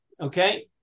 Okay